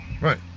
Right